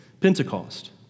Pentecost